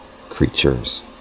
creatures